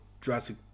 Jurassic